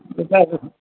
इच्छा तु न